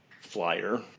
flyer